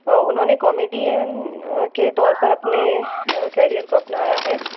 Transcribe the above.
और उन्होंने कॉमेडियन के तौर पर अपने करियर को अपनाया है